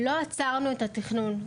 לא עצרנו את התכנון.